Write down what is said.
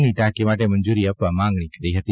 ની ટાંકી માટે મંજુરી આપવા માગણી કરી હતી